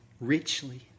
richly